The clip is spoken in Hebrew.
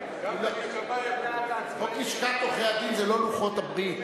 חוק לשכת עורכי-הדין זה לא לוחות הברית.